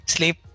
Sleep